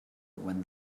when